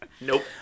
Nope